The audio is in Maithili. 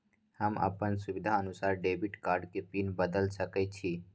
हम अपन सुविधानुसार डेबिट कार्ड के पिन बदल सके छि?